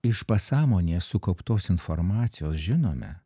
iš pasąmonės sukauptos informacijos žinome